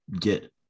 get